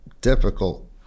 difficult